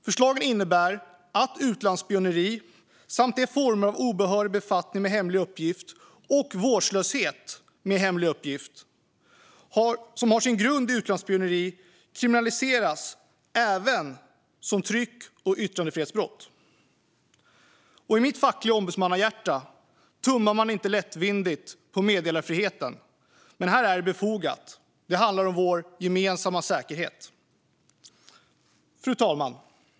Förslagen innebär att utlandsspioneri samt de former av obehörig befattning med hemlig uppgift, och vårdslöshet med hemlig uppgift, som har sin grund i utlandsspioneri kriminaliseras även som tryck och yttrandefrihetsbrott. I mitt fackliga ombudsmannahjärta tummar man inte lättvindigt på meddelarfriheten, men här är det befogat. Det handlar om vår gemensamma säkerhet. Fru talman!